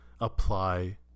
apply